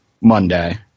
Monday